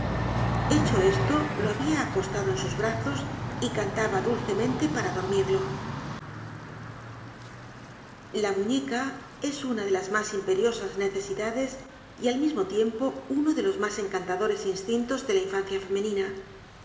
hecho esto lo habia acostado en sus brazos y cantaba dulcemente para dormirlo la muñeca es una de las mas imperiosas necesidades y al mismo tiempo uno de los mas encantadores instintos de la infancia femenina